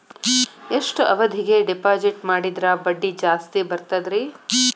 ಎಷ್ಟು ಅವಧಿಗೆ ಡಿಪಾಜಿಟ್ ಮಾಡಿದ್ರ ಬಡ್ಡಿ ಜಾಸ್ತಿ ಬರ್ತದ್ರಿ?